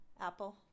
Apple